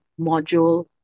module